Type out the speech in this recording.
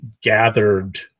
gathered